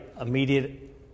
immediate